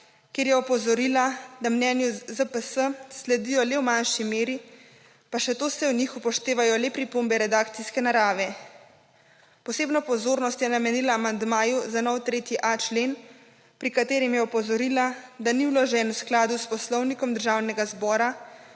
kjer je opozorila, da mnenju ZPS sledijo le v manjši meri, pa še to se v njih upoštevajo le pripombe redakcijske narave. Posebno pozornost je namenila amandmaju za nov 3.a člen, pri katerem je opozorila, da ni vložen v skladu s Poslovnikom Državnega zbora,